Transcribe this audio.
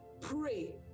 pray